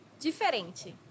Diferente